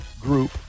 Group